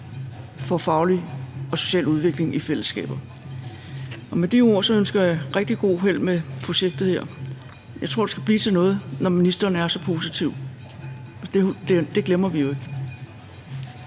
får faglig og social udvikling i fællesskaber. Og med de ord ønsker jeg rigtig godt held med projektet her. Jeg tror, det skal blive til noget, når ministeren er så positiv – det glemmer vi jo ikke.